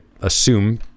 assume